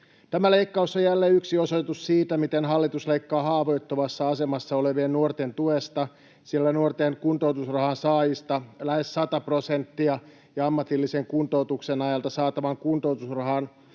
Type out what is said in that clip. Tämä leikkaus on jälleen yksi osoitus siitä, miten hallitus leikkaa haavoittuvassa asemassa olevien nuorten tuesta, sillä nuorten kuntoutusrahan saajista lähes 100 prosenttia ja ammatillisen kuntoutuksen ajalta saatavan kuntoutusrahan